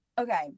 Okay